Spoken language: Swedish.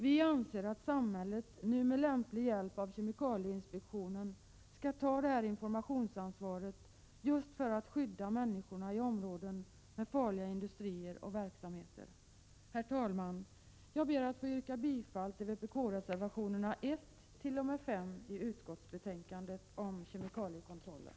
Vi anser att samhället, nu med lämplig hjälp av kemikalieinspektionen, skall ta informationsansvaret för att skydda människorna i områden med farliga industrier och verksamheter. Herr talman! Jag ber att få yrka bifall till vpk-reservationerna 1-5 i utskottsbetänkandet om kemikaliekontrollen.